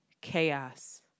chaos